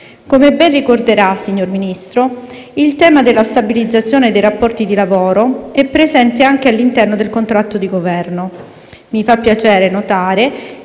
Come ben ricorderà, signor Ministro, il tema della stabilizzazione dei rapporti di lavoro è presente anche all'interno del contratto di Governo. Mi fa piacere notare